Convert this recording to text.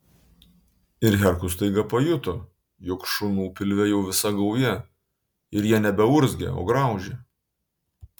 ir herkus staiga pajuto jog šunų pilve jau visa gauja ir jie nebeurzgia o graužia